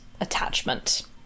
attachment